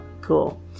Cool